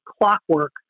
clockwork